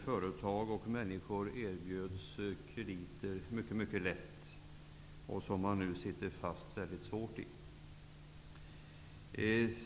Enskilda och företag erbjöds lättvindigt krediter, och många sitter nu hårt fast i sina skulder.